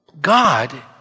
God